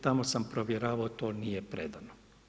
Tamo sam provjeravao, to nije predano.